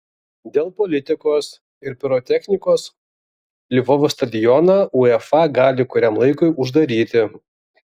dėl politikos ir pirotechnikos lvovo stadioną uefa gali kuriam laikui uždaryti